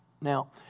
Now